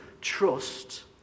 trust